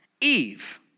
Eve